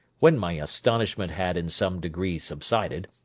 when my astonishment had in some degree subsided,